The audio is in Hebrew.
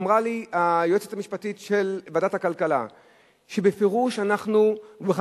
אמרה לי היועצת המשפטית של ועדת הכלכלה שבפירוש ובכוונה